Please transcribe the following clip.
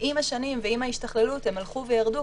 עם השנים ועם ההשתכללות הן הלכו וירדו,